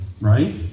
Right